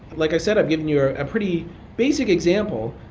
like i said i've given you ah a pretty basic example,